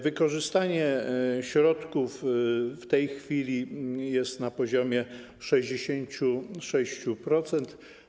Wykorzystanie środków w tej chwili jest na poziomie 66%.